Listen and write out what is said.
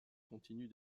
continue